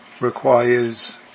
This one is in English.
requires